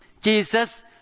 Jesus